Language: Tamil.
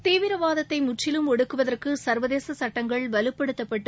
தீவிரவாதத்தை முற்றிலும் ஒடுக்குவதற்கு சர்வதேச சட்டங்கள் வலுப்படுத்தப்பட்டு